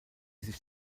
sich